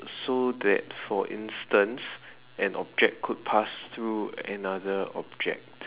so that for instance an object could pass through another object